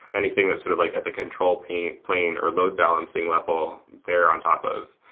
anything that's sort of like at the control plane plane or load-balancing level they're on top of.